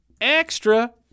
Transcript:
Extra